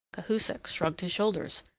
cahusac shrugged his shoulders,